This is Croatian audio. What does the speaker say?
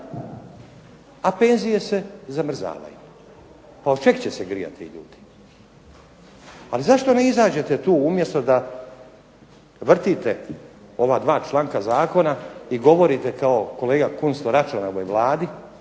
A penzije se zamrzavaju. Pa od čeg će se grijati? Ali zašto ne izađete tu, umjesto da vrtite ova dva članka zakona i govorite kao kolega Kunst o Račanovoj vladi,